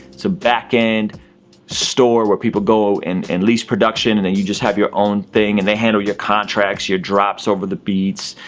it's a backend store where people go and and lease production and then you just have your own thing and they handle your contracts, your drops over the beats.